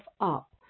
up